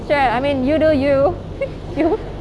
sure I mean you do you